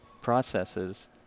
processes